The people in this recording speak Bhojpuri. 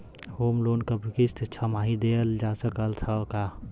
होम लोन क किस्त छमाही देहल जा सकत ह का?